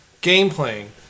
game-playing